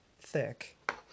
thick